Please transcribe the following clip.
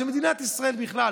שמדינת ישראל בכלל,